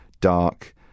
dark